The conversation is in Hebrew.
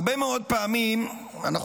הרבה מאוד פעמים אנחנו